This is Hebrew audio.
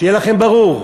שיהיה לכם ברור,